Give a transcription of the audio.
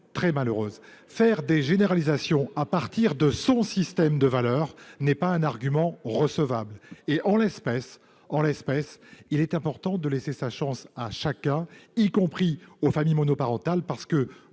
très malheureuses. Faire des généralisations à partir de son système de valeurs n'est pas un argument recevable. En l'espèce, laisser sa chance à chacun, y compris aux familles monoparentales, est